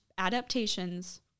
adaptations